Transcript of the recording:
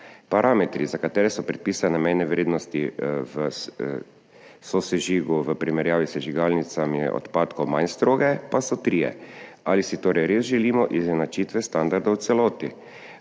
parametri, za katere so predpisane mejne vrednosti v sosežigu v primerjavi s sežigalnicami odpadkov manj stroge, pa so trije. Ali si torej res želimo izenačitve standardov v celoti